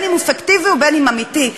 אם פיקטיבי ואם אמיתי,